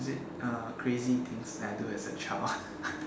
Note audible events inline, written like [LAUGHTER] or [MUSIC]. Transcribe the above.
is it uh crazy things that I do as a child [LAUGHS]